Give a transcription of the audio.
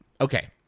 okay